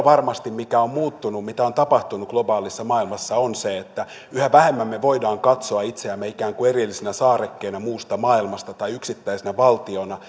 varmasti se mikä on muuttunut mitä on tapahtunut globaalissa maailmassa on se että yhä vähemmän me voimme katsoa itseämme ikään kuin erillisenä saarekkeena muusta maailmasta tai yksittäisenä valtiona